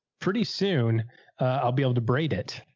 pretty soon i'll be able to braid it.